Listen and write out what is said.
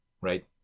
Right